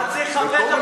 תתחילו להכניס לראש.